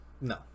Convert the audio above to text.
No